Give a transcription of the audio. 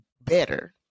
better